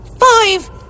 Five